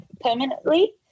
permanently